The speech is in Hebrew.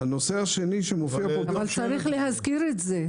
אבל צריך להזכיר את זה.